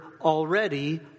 already